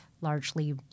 largely